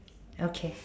okay